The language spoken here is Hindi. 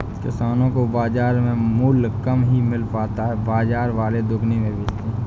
किसानो को बाजार में मूल्य कम ही मिल पाता है बाजार वाले दुगुने में बेचते है